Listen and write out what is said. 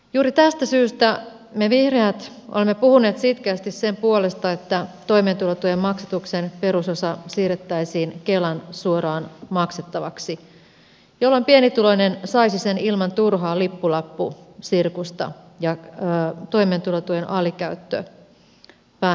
juuri tästä syystä me vihreät olemme puhuneet sitkeästi sen puolesta että toimeentulotuen maksatuksen perusosa siirrettäisiin kelan suoraan maksettavaksi jolloin pienituloinen saisi sen ilman turhaa lippulappusirkusta ja toimeentulotuen alikäyttö vähenisi